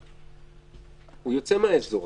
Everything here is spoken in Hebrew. הוא יוצא מהאזור.